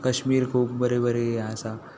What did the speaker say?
कश्मीर खूब बरी बरी हें आसा